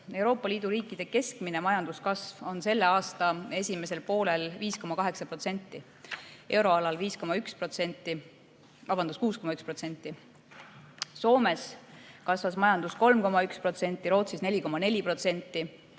Euroopa Liidu riikide keskmine majanduskasv oli selle aasta esimesel poolel 5,8%, euroalal 6,1%, Soomes kasvas majandus 3,1%, Rootsis 4,4%,